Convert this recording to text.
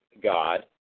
God